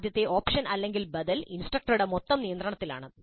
ആദ്യത്തെ ഓപ്ഷൻ ബദൽ ഇൻസ്ട്രക്ടറുടെ മൊത്തം നിയന്ത്രണത്തിലാണ്